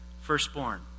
firstborn